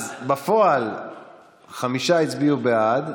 אז בפועל חמישה הצביעו בעד,